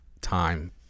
time